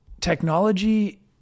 technology